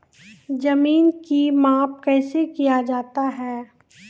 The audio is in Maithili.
जमीन की माप कैसे किया जाता हैं?